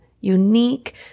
unique